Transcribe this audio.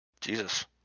Jesus